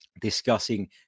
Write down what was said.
discussing